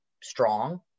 strong